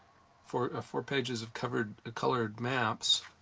four four pages of colored ah colored maps.